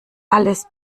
alles